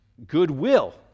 Goodwill